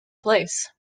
place